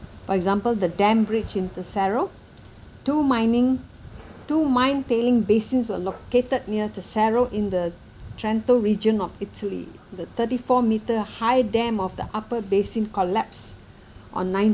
for example the dam bridge in tesero two mining two mine-tailing basins were located near tesero in the central region of italy the thirty four metre high dam of the upper basin collapsed on